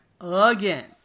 again